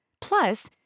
Plus